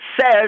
says